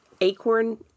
acorn